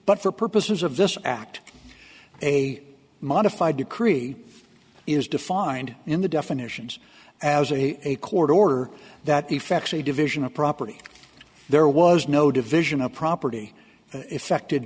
but for purposes of this act a modified to create is defined in the definitions as a a court order that effects a division of property there was no division of property effected